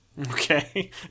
Okay